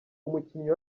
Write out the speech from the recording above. umukinnyi